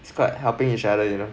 it's called helping each other you know